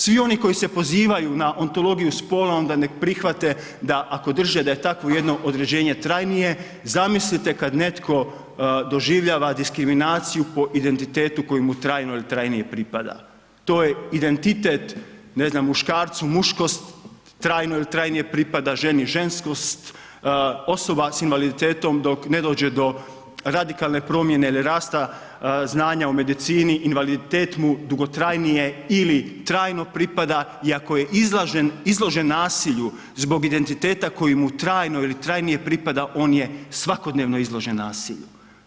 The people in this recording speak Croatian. Svi oni koji se pozivaju na ontologiju spola, onda nek prihvate da ako drže da je takvo jedno određenje trajnije, zamislite kad netko doživljava diskriminaciju po identitetu koji mu trajno ili trajnije pripada, to je identitet, ne znam, muškarcu muškost, trajno ili trajnije pripada ženi ženskost, osoba s invaliditetom, dok ne dođe do radikalne promjene ili rasta znanja u medicini, invaliditet mu dugotrajnije ili trajno pripada i ako je izložen nasilju zbog identiteta koji mu trajno ili trajnije pripada, on je svakodnevno izložen nasilju.